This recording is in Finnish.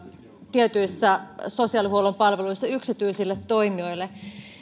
tietyissä sosiaalihuollon palveluissa yksityisille toimijoille